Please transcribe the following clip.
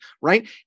right